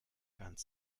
ganz